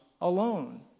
alone